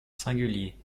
singulier